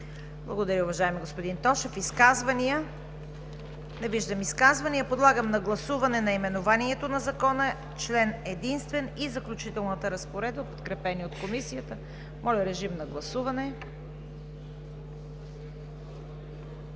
Благодаря, уважаеми господин Тошев. Изказвания? Не виждам. Подлагам на гласуване наименованието на Закона, Член единствен и Заключителната разпоредба, подкрепени от Комисията. Гласували